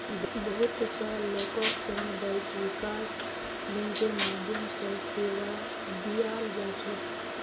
बहुत स लोगक सामुदायिक विकास बैंकेर माध्यम स सेवा दीयाल जा छेक